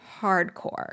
hardcore